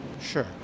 Sure